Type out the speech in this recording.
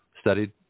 studied